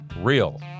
Real